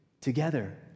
together